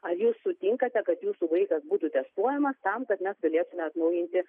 ar jūs sutinkate kad jūsų vaikas būtų testuojamas tam kad mes galėtume atnaujinti